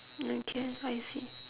okay I see